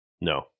No